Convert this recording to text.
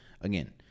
again